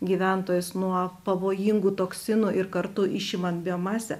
gyventojus nuo pavojingų toksinų ir kartu išimant biomasę